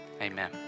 Amen